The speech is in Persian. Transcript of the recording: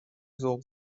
ذوق